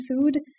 food